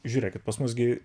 žiūrėkit pas mus gi